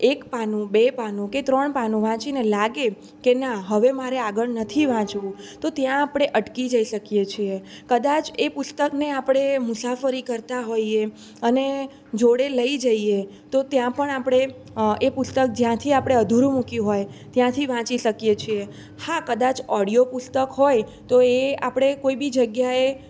એક પાનું બે પાનું કે ત્રણ પાનું વાંચીને લાગે કે ના હવે મારે આગળ નથી વાંચવું તો ત્યાં આપણે અટકી જઈ શકીએ છીએ કદાચ એ પુસ્તકને આપણે મુસાફરી કરતા હોઈએ અને જોડે લઈ જઈએ તો ત્યાં પણ આપણે એ પુસ્તક જ્યાંથી આપણે અધૂરું મૂક્યું હોય ત્યાંથી વાંચી શકીએ છીએ હા કદાચ ઓડિયો પુસ્તક હોય તો એ આપણે કોઇ બી જગ્યાએ